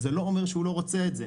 זה לא אומר שהוא לא רוצה את זה.